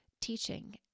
teaching